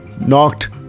knocked